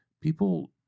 people